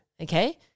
okay